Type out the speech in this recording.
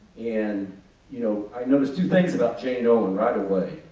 and you know i noticed two things about jane owen right away.